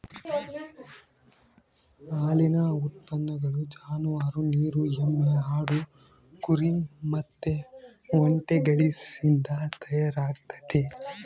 ಹಾಲಿನ ಉತ್ಪನ್ನಗಳು ಜಾನುವಾರು, ನೀರು ಎಮ್ಮೆ, ಆಡು, ಕುರಿ ಮತ್ತೆ ಒಂಟೆಗಳಿಸಿಂದ ತಯಾರಾಗ್ತತೆ